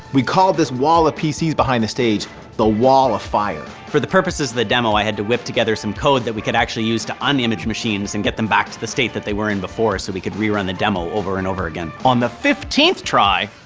we called this wall of pcs behind the stage the wall of fire. for the purposes of the demo, i had to whip together some code that we could actually use to unimage machines and get them back to the state that they were in before so we could rerun the demo over and over again. on the fifteenth try,